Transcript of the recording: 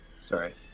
Sorry